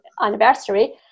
anniversary